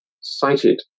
cited